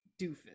doofus